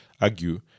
argue